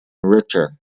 richer